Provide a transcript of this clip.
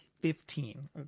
Fifteen